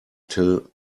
till